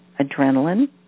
adrenaline